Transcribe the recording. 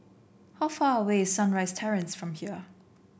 how far away is Sunrise Terrace from here